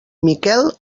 miquel